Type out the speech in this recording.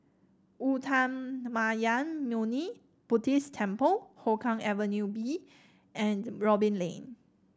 Uttamayanmuni Buddhist Temple Hougang Avenue B and Robin Lane